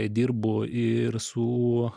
dirbu ir su